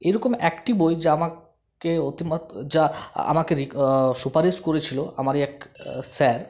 এরকম একটি বই যা আমাকে অতিমাত যা আমাকে রিক সুপারিশ করেছিল আমারই এক স্যার